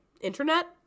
Internet